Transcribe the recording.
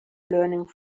learning